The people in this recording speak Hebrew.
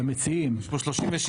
המציעים יש פה 37 מציעים.